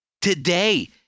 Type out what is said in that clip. today